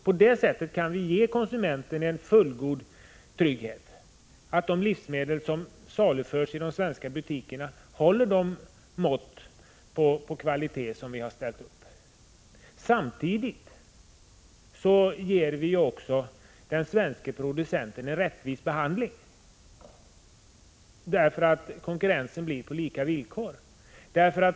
På det sättet kan vi ge konsumenten en fullgod garanti för att de livsmedel som saluförs i de svenska butikerna motsvarar de krav på kvalitet som ställs inom vårt land. Samtidigt ger vi ju också den svenska producenten rättvis behandling, eftersom konkurrensen sker på lika villkor.